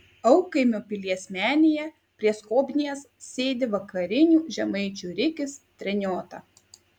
aukaimio pilies menėje prie skobnies sėdi vakarinių žemaičių rikis treniota